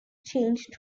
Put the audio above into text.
changed